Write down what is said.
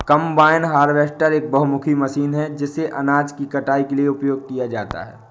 combine harvester एक बहुमुखी machine है जिसे अनाज की कटाई के लिए उपयोग किया जाता है